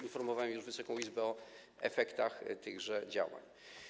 Informowałem już Wysoką Izbę o efektach tychże działań.